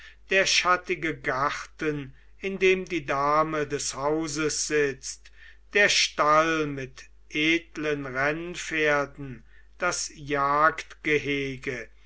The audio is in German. der schattige garten in dem die dame des hauses sitzt der stall mit edlen rennpferden das